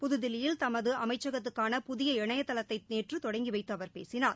புதுதில்லியில் தமதுஅமச்சகத்துக்காள புதிய இணையதளத்தை நேற்று தொடங்கி வைத்து அவர் பேசினார்